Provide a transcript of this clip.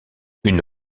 une